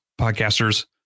podcasters